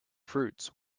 fruits